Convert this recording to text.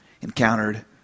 encountered